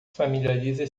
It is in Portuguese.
familiarize